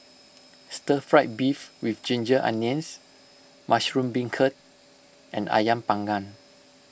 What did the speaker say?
Stir Fried Beef with Ginger Onions Mushroom Beancurd and Ayam Panggang